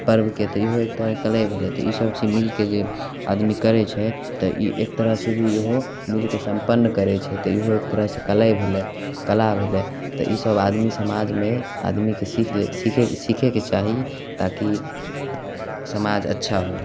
पर्वके तऽ इहो एकटा कले भेलय ई सभ चीज मिलके जे आदमी करय छै तऽ ई एक तरह से भी इहो मिलके सम्पन्न करय छै तऽ इहो एक तरहसँ कले भेलय कला भेलय तऽ ई सभ आदमी समाजमे आदमीके सीख लए सिखयके सिखयके चाही ताकि समाज अच्छा होइ